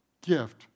gift